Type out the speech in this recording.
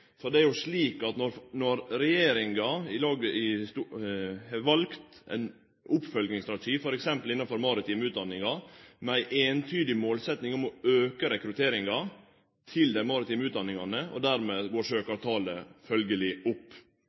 For det er jo slik at når regjeringa har valt ein oppfølgingsstrategi, t.d. innanfor den maritime utdanninga, med ei eintydig målsetjing om å auke rekrutteringa til dei maritime utdanningane, går søkjartalet følgjeleg opp.